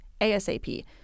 ASAP